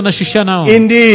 Indeed